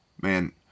man